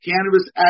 cannabis